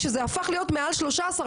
כשזה הפך להיות מעל 13,